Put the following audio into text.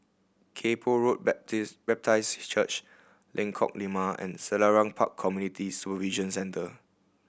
Kay Poh Road Baptist Church Lengkok Lima and Selarang Park Community Supervision Centre